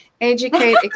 Educate